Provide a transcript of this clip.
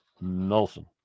Nelson